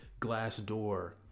Glassdoor